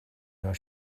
your